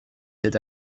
cet